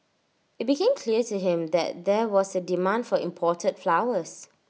IT became clear to him that there was A demand for imported flowers